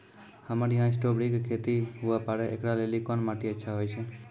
हमरा यहाँ स्ट्राबेरी के खेती हुए पारे, इकरा लेली कोन माटी अच्छा होय छै?